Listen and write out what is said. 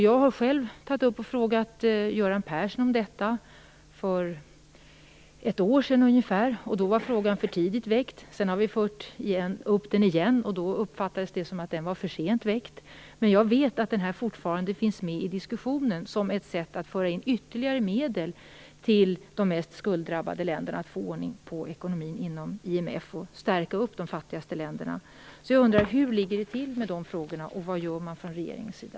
Jag frågade själv Göran Persson om detta för ungefär ett år sedan. Då var frågan för tidigt väckt. Sedan har vi tagit upp den igen, och då uppfattades det som om den var för sent väckt. Men jag vet att den fortfarande finns med i diskussionen som ett sätt att föra in ytterligare medel till de mest skulddrabbade länderna för att få ordning på ekonomin inom IMF och stärka de fattigaste länderna. Hur ligger det till med de frågorna? Vad gör man från regeringens sida?